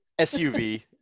SUV